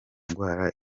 ndwara